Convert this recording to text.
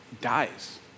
dies